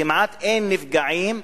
כמעט אין נפגעים,